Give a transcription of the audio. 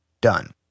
done